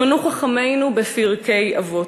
שמנו חכמינו בפרקי אבות: